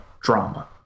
drama